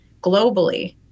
globally